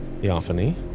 Theophany